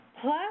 plus